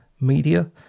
media